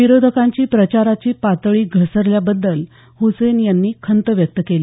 विरोधकांची प्रचाराची पातळी घसरल्याबद्दल हुसेन यांनी खंत व्यक्त केली